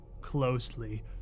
closely